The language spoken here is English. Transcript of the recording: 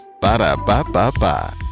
Ba-da-ba-ba-ba